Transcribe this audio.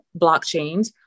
blockchains